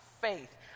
faith